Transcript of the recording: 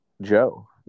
Joe